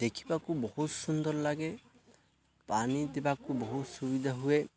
ଦେଖିବାକୁ ବହୁତ ସୁନ୍ଦର ଲାଗେ ପାଣି ଦେବାକୁ ବହୁତ ସୁବିଧା ହୁଏ